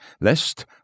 lest